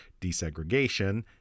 desegregation